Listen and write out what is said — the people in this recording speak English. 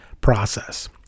process